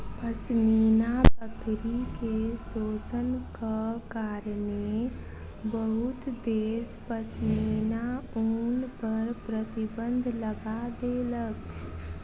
पश्मीना बकरी के शोषणक कारणेँ बहुत देश पश्मीना ऊन पर प्रतिबन्ध लगा देलक